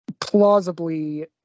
plausibly